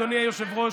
אדוני היושב-ראש,